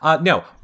No